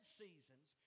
seasons